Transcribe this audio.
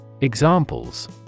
Examples